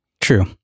True